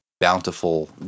bountiful